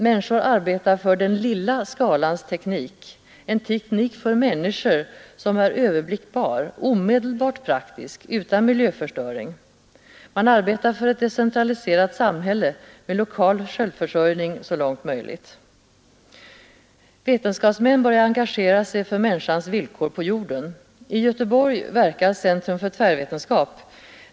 Människor arbetar för den lilla skalans teknik, en teknik för människor, som är överblickbar, omedelbart praktisk, utan miljöförstöring. Man arbetar för ett decentraliserat samhälle med lokal självförsörjning så långt möjligt. Vetenskapsmän börjar engagera sig för människans villkor på jorden. I Göteborg verkar Centrum för tvärvetenskap.